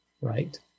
right